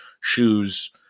shoes